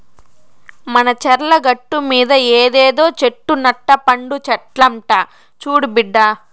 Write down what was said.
మన చర్ల గట్టుమీద ఇదేదో చెట్టు నట్ట పండు చెట్లంట చూడు బిడ్డా